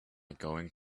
going